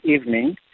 evening